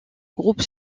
groupe